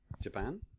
Japan